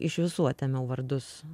iš visų atėmiau vardus